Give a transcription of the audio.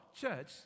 church